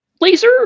laser